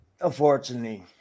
Unfortunately